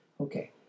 Okay